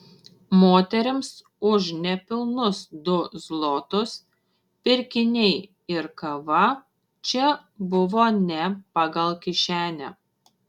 moterims už nepilnus du zlotus pirkiniai ir kava čia buvo ne pagal kišenę